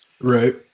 Right